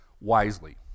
wisely